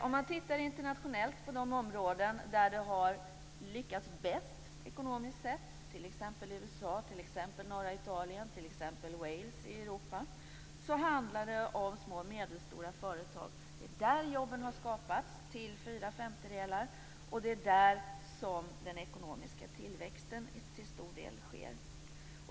Om man tittar på de internationella områden som har lyckats bäst ekonomiskt sett, t.ex. USA och norra Italien och Wales i Europa, handlar det om små och medelstora företag. Det är där jobben har skapats till fyra femtedelar. Det är där som den ekonomiska tillväxten till stor del sker.